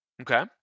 Okay